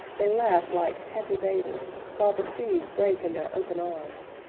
they laugh like happy bathers, while the seas break in their open arms,